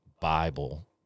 Bible